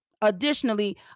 Additionally